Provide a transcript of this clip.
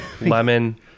lemon